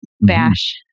bash